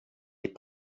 est